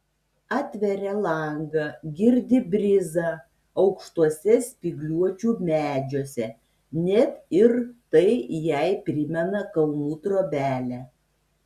atveria langą girdi brizą aukštuose spygliuočių medžiuose net ir tai jai primena kalnų trobelę